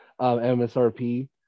MSRP